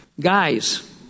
guys